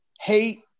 hate